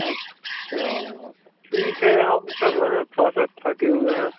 अच्छा आ ठीक है यहाँ उतर रहें हैं थोड़ा सा थके हुए हैं